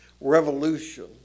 revolution